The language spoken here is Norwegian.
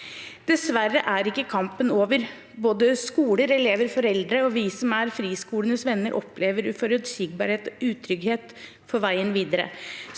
Dessverre er ikke kampen over. Både skoler, elever, foreldre og vi som er friskolenes venner, opplever uforutsigbarhet og utrygghet på veien videre.